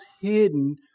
hidden